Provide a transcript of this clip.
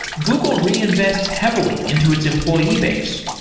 google reinvests heavily into its employee base.